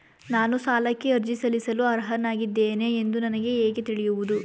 ನಾನು ಸಾಲಕ್ಕೆ ಅರ್ಜಿ ಸಲ್ಲಿಸಲು ಅರ್ಹನಾಗಿದ್ದೇನೆ ಎಂದು ನನಗೆ ಹೇಗೆ ತಿಳಿಯುವುದು?